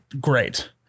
Great